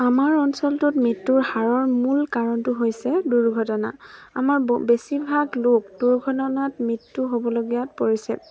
আমাৰ অঞ্চলটোত মৃত্যুৰ হাৰৰ মূল কাৰণটো হৈছে দুৰ্ঘটনা আমাৰ ব বেছিভাগ লোক দুৰ্ঘটনাত মৃত্যু হ'বলগীয়া পৰিছে